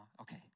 Okay